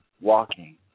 walking